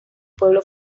pueblo